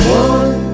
one